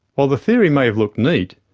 while the theory may have looked neat,